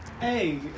hey